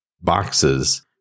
boxes